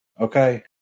Okay